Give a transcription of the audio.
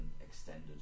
extended